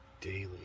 daily